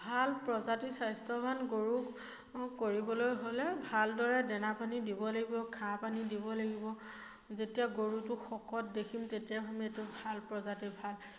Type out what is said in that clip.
ভাল প্ৰজাতিৰ স্বাস্থ্যৱান গৰুক কৰিবলৈ হ'লে ভালদৰে দানা পানী দিব লাগিব ঘাঁহ পানী দিব লাগিব যেতিয়া গৰুটো শকত দেখিম তেতিয়া আমি এইটো ভাল প্ৰজাতিৰ ভাল